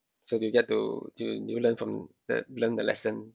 so do you get to do you do you learn from the learn the lesson